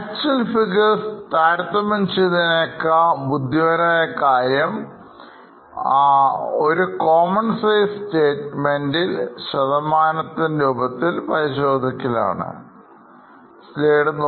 Actual figures താരതമ്യംചെയ്യുന്നതിനേക്കാൾ ബുദ്ധിപരമായ കാര്യം ഒരു കോമൺസെൻസ് സ്റ്റേറ്റ്മെൻറ് രൂപത്തിൽ പരിശോധിക്കൽ ആണ്